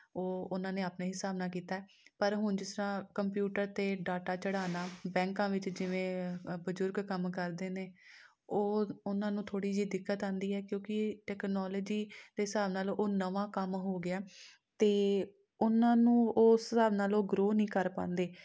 ਉਹ ਉਹਨਾਂ ਨੇ ਆਪਣੇ ਹਿਸਾਬ ਨਾਲ ਕੀਤਾ ਪਰ ਹੁਣ ਜਿਸ ਤਰ੍ਹਾਂ ਕੰਪਿਊਟਰ 'ਤੇ ਡਾਟਾ ਚੜ੍ਹਾਉਣਾ ਬੈਂਕਾਂ ਵਿੱਚ ਜਿਵੇਂ ਬਜ਼ੁਰਗ ਕੰਮ ਕਰਦੇ ਨੇ ਉਹ ਉਹਨਾਂ ਨੂੰ ਥੋੜ੍ਹੀ ਜਿਹੀ ਦਿੱਕਤ ਆਉਂਦੀ ਹੈ ਕਿਉਂਕਿ ਟੈਕਨੋਲੌਜੀ ਦੇ ਹਿਸਾਬ ਨਾਲ ਉਹ ਨਵਾਂ ਕੰਮ ਹੋ ਗਿਆ ਅਤੇ ਉਹਨਾਂ ਨੂੰ ਉਸ ਹਿਸਾਬ ਨਾਲ ਉਹ ਗ੍ਰੋਅ ਨਹੀਂ ਕਰ ਪਾਉਂਦੇ